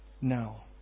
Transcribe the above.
Now